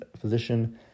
physician